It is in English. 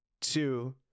two